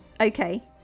okay